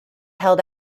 held